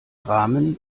rahmen